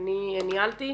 אני ניהלתי,